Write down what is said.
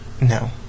No